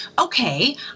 okay